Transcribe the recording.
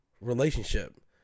relationship